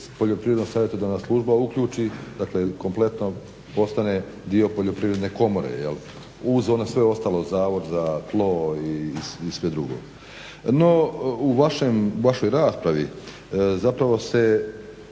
poljoprivredno-savjetodavna služba uključi, dakle kompletno postane dio Poljoprivredne komore jel' uz ono sve ostalo, Zavod za tlo i sve drugo. No, u vašoj raspravi zapravo nisam